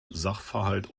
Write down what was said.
sachverhalt